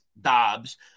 Dobbs